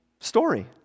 story